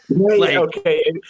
Okay